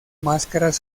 máscaras